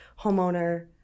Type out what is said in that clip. homeowner